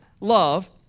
love